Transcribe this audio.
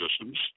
systems